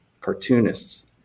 cartoonists